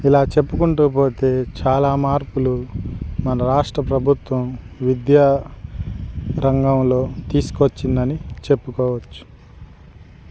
ఇలా చెప్పుకుంటూ పోతే చాలా మార్పులు మన రాష్ట్ర ప్రభుత్వం విద్యా రంగంలో తీసుకొచ్చిందని చెప్పుకోవచ్చు